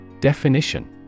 Definition